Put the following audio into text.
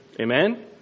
Amen